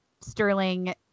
Sterling